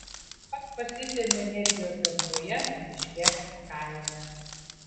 aš pasisemiu energijos gamtoje miške kaime